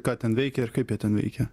ką ten veikia ir kaip jie ten veikia